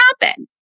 happen